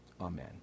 Amen